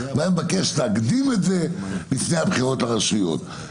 והיה מבקש להקדים את זה לפני הבחירות לרשויות.